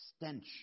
stench